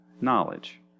knowledge